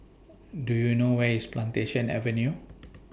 Do YOU know Where IS Plantation Avenue